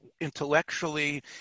intellectually